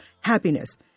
happiness